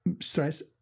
stress